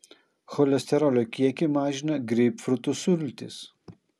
cholesterolio kiekį mažina greipfrutų sultys